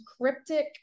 cryptic